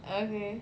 okay